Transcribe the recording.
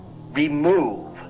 remove